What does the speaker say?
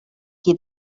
qui